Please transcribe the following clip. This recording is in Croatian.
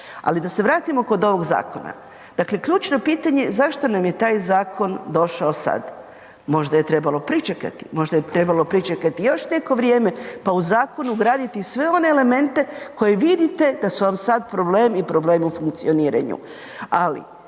Ali da se vratimo kod ovog zakona, dakle ključno pitanje zašto nam je taj zakon došao sada? Možda je trebalo pričekati, možda je trebalo pričekati još neko vrijeme pa u zakon ugraditi sve one elemente koje vidite da su vam sad problem i problem u funkcioniranju. Ali